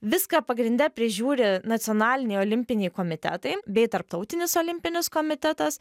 viską pagrinde prižiūri nacionaliniai olimpiniai komitetai bei tarptautinis olimpinis komitetas